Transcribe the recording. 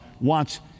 wants